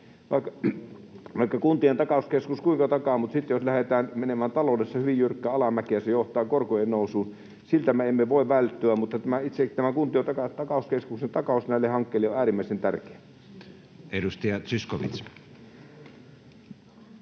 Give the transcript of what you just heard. vaikka Kuntien takauskeskus kuinka takaa, niin sitten jos lähdetään menemään taloudessa hyvin jyrkkää alamäkeä, se johtaa korkojen nousuun. Siltä me emme voi välttyä, mutta itse tämä Kuntien takauskeskuksen takaus näille hankkeille on äärimmäisen tärkeä. [Speech